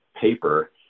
paper